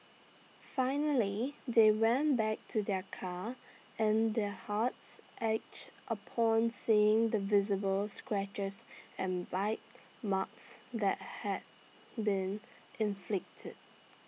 finally they went back to their car and their hearts ached upon seeing the visible scratches and bite marks that had been inflicted